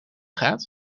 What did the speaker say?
gaat